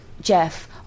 Jeff